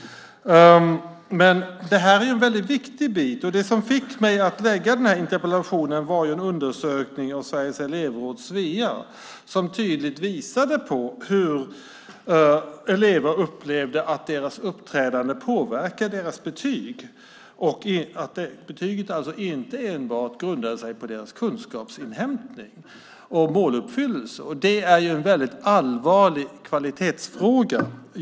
Men det här är en väldigt viktig bit. Det som fick mig att ställa den här interpellationen var en undersökning av Sveriges elevråd, Svea, som tydligt visade hur elever upplevde att deras uppträdande påverkade deras betyg, alltså att betyget inte enbart grundade sig på deras kunskapsinhämtning och måluppfyllelse. Det är en väldigt allvarlig kvalitetsfråga.